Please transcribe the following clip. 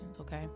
okay